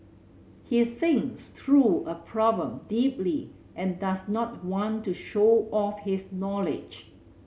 he thinks through a problem deeply and does not want to show off his knowledge